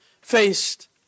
faced